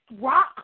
rock